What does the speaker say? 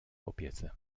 opiece